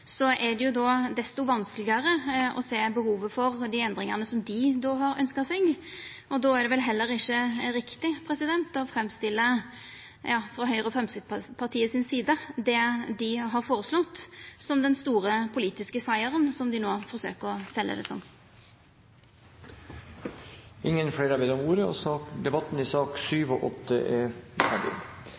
er det desto vanskelegare å sjå behovet for dei endringane som dei har ønskt seg. Då er det vel heller ikkje riktig frå Høgre og Framstegspartiet si side å framstilla det dei har føreslått, som den store politiske sigeren som dei no forsøker å selja det som. Flere har ikke bedt om ordet til sakene nr. 7 og